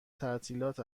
تعطیلات